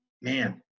man